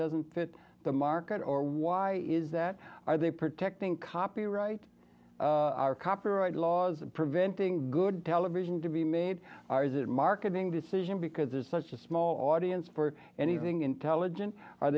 doesn't fit the market or why is that are they protecting copyright copyright laws preventing good television to be made are is it marketing decision because it's such a small audience for anything intelligent are